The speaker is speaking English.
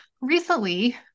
recently